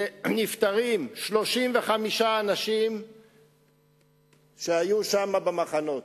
כל יום נפטרים 35 אנשים שהיו שם במחנות.